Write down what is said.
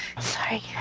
Sorry